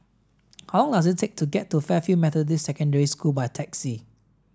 how long does it take to get to Fairfield Methodist Secondary School by taxi